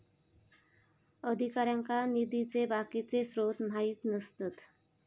अधिकाऱ्यांका निधीचे बाकीचे स्त्रोत माहित नसतत